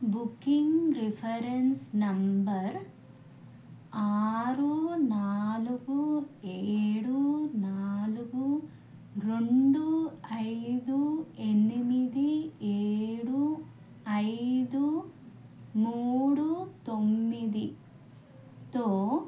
booking reference number ఆరు నాలుగు ఏడు నాలుగు రెండు ఐదు ఎనిమిది ఏడు ఐదు మూడు తొమ్మిదితో